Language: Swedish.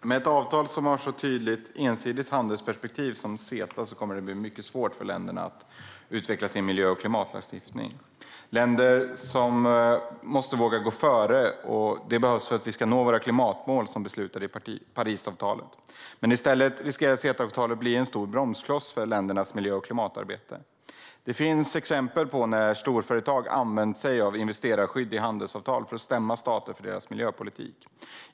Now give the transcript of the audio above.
Med ett avtal som har ett så tydligt ensidigt handelsperspektiv som CETA kommer det att bli mycket svårt för länderna att utveckla sin miljö och klimatlagstiftning. Länder behöver våga gå före för att vi ska nå våra klimatmål, som beslutades i Parisavtalet. I stället riskerar CETA-avtalet att bli en stor bromskloss för ländernas miljö och klimatarbete. Det finns exempel på storföretag som använt sig av investerarskydd i handelsavtal för att stämma stater för deras miljöpolitik.